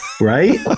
right